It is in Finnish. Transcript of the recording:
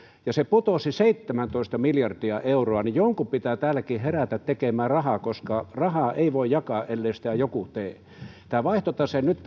ja se putosi seitsemäntoista miljardia euroa jonkun pitää täälläkin herätä tekemään rahaa koska rahaa ei voi jakaa ellei sitä joku tee tämä vaihtotase nyt